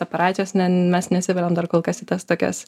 operacijos ne mes nesiveliam dar kol kas į tas tokias